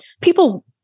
people